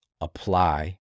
apply